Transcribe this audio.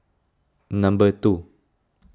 number two